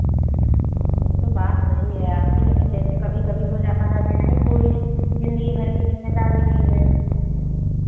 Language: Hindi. वो तो बात सही है आपकी लेकिन जैसे कभी कभी हो जाता है हमने नहीं पूरी ज़िंदगी भर की ज़िम्मेदारी ली है